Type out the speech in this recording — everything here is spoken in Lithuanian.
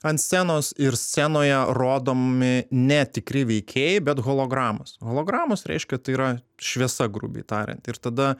ant scenos ir scenoje rodomi ne tikri veikėjai bet hologramos hologramos reiškia tai yra šviesa grubiai tariant ir tada